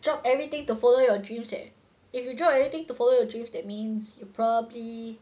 drop everything to follow your dreams eh if you drop everything to follow your dreams that means you probably